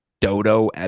dodo